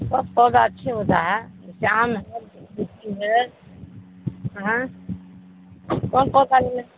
کون پودا اچھے ہوتا ہے شام ہے ہے کون پودا نہیں